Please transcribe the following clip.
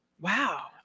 Wow